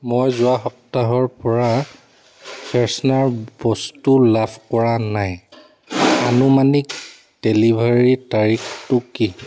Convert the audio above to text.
মই যোৱা সপ্তাহৰ পৰা ফ্ৰেছনাৰ বস্তু লাভ কৰা নাই আনুমানিক ডেলিভাৰীৰ তাৰিখটো কি